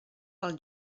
pel